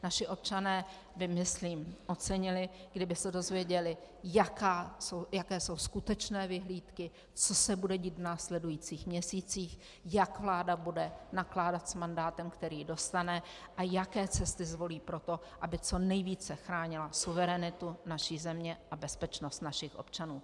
Naši občané by myslím ocenili, kdyby se dozvěděli, jaké jsou skutečné vyhlídky, co se bude dít v následujících měsících, jak vláda bude nakládat s mandátem, který dostane a jaké cesty zvolí pro to, aby co nejvíce chránila suverenitu naší země a bezpečnost našich občanů.